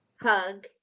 hug